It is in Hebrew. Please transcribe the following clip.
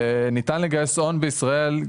וניתן לגייס הון בישראל,